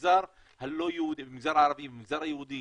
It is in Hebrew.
בכל הארץ או במגזר הדרוזי?